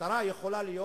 המשטרה יכולה להיות